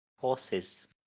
Horses